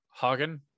Hagen